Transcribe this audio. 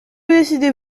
décidez